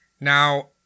Now